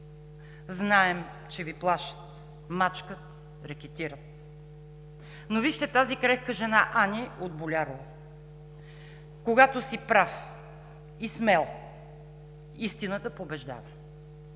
знаем, че Ви плашат, мачкат, рекетират, но вижте тази крехка жена Ани от Болярово. Когато си прав и смел, истината побеждава.